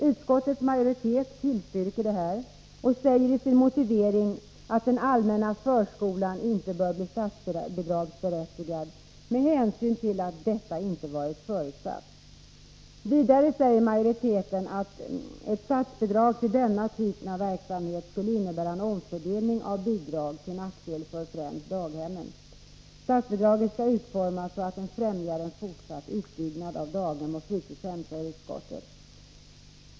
Utskottets majoritet tillstyrker detta och säger i sin motivering att den allmänna förskolan inte bör bli statsbidragsberättigad med hänsyn till att detta inte varit förutsatt. Vidare säger majoriteten att statsbidrag till denna typ av verksamhet skulle innebära en omfördelning av bidrag till nackdel för främst daghemmen. Statsbidraget skall utformas så att det främjar en fortsatt utbyggnad av daghem och fritidshem, säger utskottet.